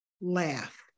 laugh